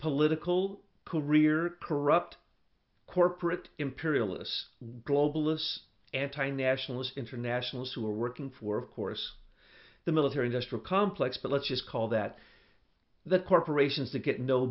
political career corrupt corporate imperialists globalists anti nationalist internationals who are working for of course the military industrial complex but let's just call that the corporations that get no